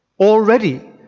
already